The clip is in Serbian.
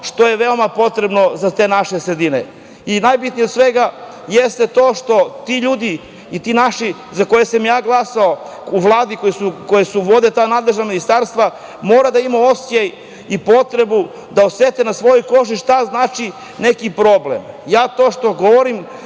što je veoma potrebno za te naše sredine. Najbitnije od svega jeste to što ti ljudi i ti naši za koje sam ja glasao u Vladi, koji vode ta nadležna ministarstva, mora da imaju osećaj i potrebu da osete na svojoj koži šta znači neki problem. Ja to što govorim